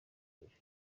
ibyo